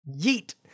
yeet